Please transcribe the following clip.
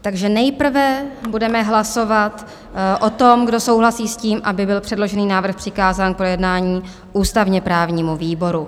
Takže nejprve budeme hlasovat o tom, kdo souhlasí s tím, aby byl předložený návrh přikázán k projednání ústavněprávnímu výboru.